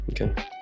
Okay